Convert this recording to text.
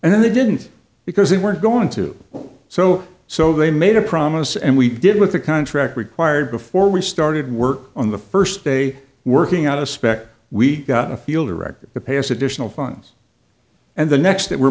and then they didn't because they weren't going to so so they made a promise and we did with the contract required before we started work on the first day working out of spec we got a field a record the past additional funds and the next that were